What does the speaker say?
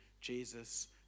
Jesus